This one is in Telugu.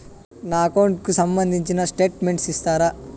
నా అకౌంట్ కు సంబంధించిన స్టేట్మెంట్స్ ఇస్తారా